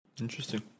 interesting